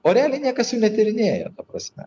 o realiai niekas jų netyrinėja ta prasme